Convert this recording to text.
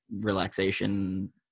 relaxation